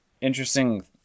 interesting